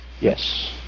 Yes